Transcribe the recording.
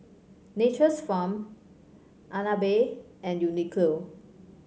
Nature's Farm Agnes Bay and Uniqlo